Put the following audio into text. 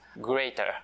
greater